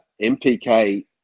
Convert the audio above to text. MPK